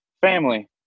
family